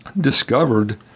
discovered